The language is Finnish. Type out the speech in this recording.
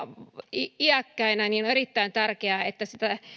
iäkkäinä on erittäin tärkeää että sitä